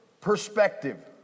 perspective